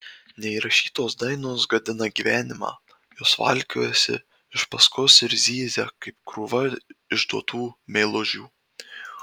neįrašytos dainos gadina gyvenimą jos valkiojasi iš paskos ir zyzia kaip krūva išduotų meilužių